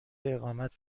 اقامت